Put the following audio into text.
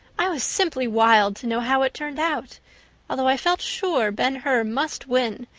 i was simply wild to know how it turned out although i felt sure ben hur must win,